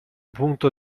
punto